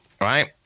right